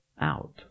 out